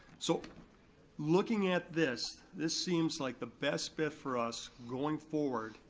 so looking at this, this seems like the best bet for us going forward,